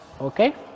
okay